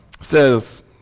says